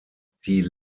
die